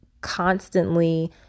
constantly